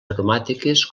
aromàtiques